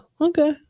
Okay